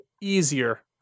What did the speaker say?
easier